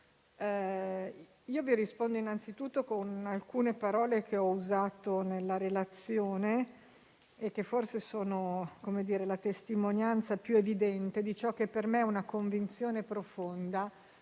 altri. Rispondo, innanzitutto, con alcune parole che ho usato nella relazione e che forse sono la testimonianza più evidente di ciò che per me è una convinzione profonda